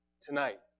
tonight